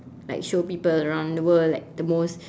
like show people around the world like the most